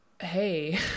hey